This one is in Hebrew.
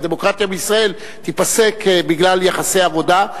הדמוקרטיה בישראל תיפסק בגלל יחסי עבודה,